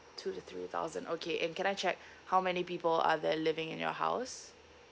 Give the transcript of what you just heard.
two to three thousand okay and can I check how many people are there living in your house